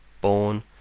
born